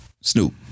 Snoop